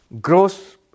gross